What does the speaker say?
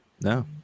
no